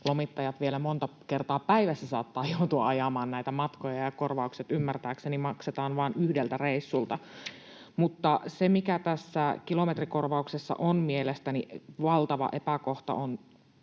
lomittajat vielä monta kertaa päivässä saattavat joutua ajamaan näitä matkoja ja korvaukset ymmärtääkseni maksetaan vain yhdeltä reissulta. Mutta se, mikä tässä kilometrikorvauksessa on mielestäni valtava epäkohta,